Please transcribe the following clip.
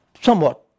somewhat